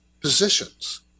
positions